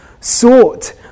sought